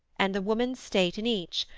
and the woman's state in each,